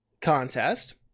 contest